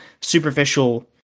superficial